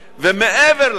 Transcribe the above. ומעבר לכך,